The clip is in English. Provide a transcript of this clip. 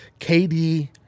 KD –